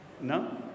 No